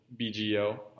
BGO